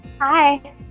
Hi